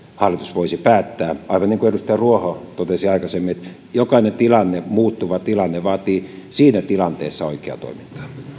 hallitus voisi päättää aivan niin kuin edustaja ruoho totesi aikaisemmin jokainen tilanne muuttuva tilanne vaatii siinä tilanteessa oikeaa toimintaa